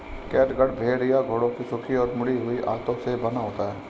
catgut भेड़ या घोड़ों की सूखी और मुड़ी हुई आंतों से बना होता है